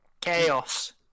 Chaos